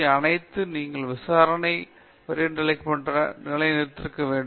மற்றும் அனைத்து நீங்கள் விசாரணை வரி என்று அழைக்கப்படுகிறது என்ன நிலைநிறுத்த வேண்டும்